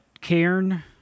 cairn